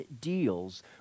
deals